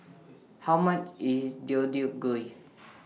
How much IS Deodeok Gui